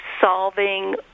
solving